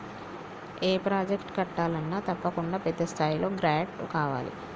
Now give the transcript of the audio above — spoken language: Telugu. ఏ ప్రాజెక్టు కట్టాలన్నా తప్పకుండా పెద్ద స్థాయిలో గ్రాంటు కావాలి